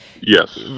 yes